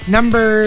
Number